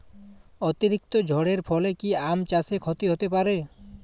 অতিরিক্ত ঝড়ের ফলে কি আম চাষে ক্ষতি হতে পারে?